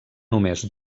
només